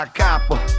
copper